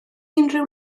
unrhyw